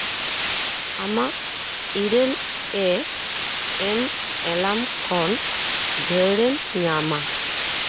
ᱟᱢᱟᱜ ᱤᱨᱟᱹᱞ ᱮ ᱮᱢ ᱮᱞᱟᱢ ᱠᱷᱚᱱ ᱡᱷᱟᱹᱲᱮᱢ ᱧᱟᱢᱟ